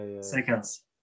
seconds